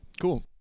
cool